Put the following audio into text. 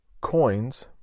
coins